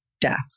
death